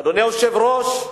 אדוני היושב-ראש,